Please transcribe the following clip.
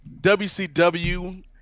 WCW